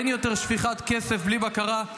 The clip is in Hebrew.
אין יותר שפיכת כסף בלי בקרה,